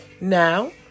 Now